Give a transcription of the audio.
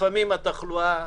לפעמים התחלואה,